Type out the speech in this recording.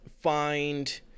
find